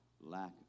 lack